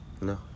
No